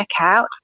checkout